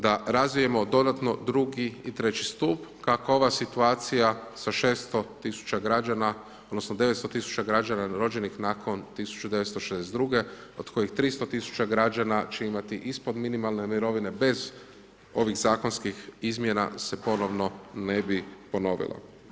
Da razvijemo dodatno drugi i treći kako ova situacija sa 600.000 građana odnosno 900.000 građana rođenih nakon 1962. od kojih 300.000 građana će imati ispod minimalne mirovine bez ovih zakonskih izmjena se ponovno ne bi ponovilo.